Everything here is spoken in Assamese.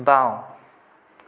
বাওঁ